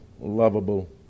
lovable